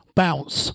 bounce